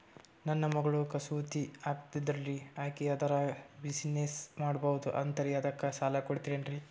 ನನ್ನ ಮಗಳು ಕಸೂತಿ ಹಾಕ್ತಾಲ್ರಿ, ಅಕಿ ಅದರ ಬಿಸಿನೆಸ್ ಮಾಡಬಕು ಅಂತರಿ ಅದಕ್ಕ ಸಾಲ ಕೊಡ್ತೀರ್ರಿ?